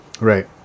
Right